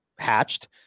hatched